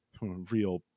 real